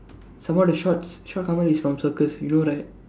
some more the shorts short Kamal is from circus you know right